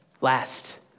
last